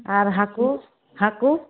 ᱟᱨ ᱦᱟᱹᱠᱩ ᱦᱟᱹᱠᱩ